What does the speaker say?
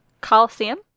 Coliseum